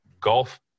golf